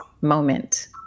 moment